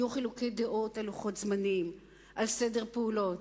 היו חילוקי דעות על לוחות זמנים, על סדר פעולות,